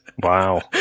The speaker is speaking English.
Wow